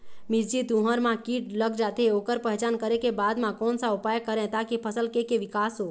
मिर्ची, तुंहर मा कीट लग जाथे ओकर पहचान करें के बाद मा कोन सा उपाय करें ताकि फसल के के विकास हो?